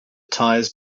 tires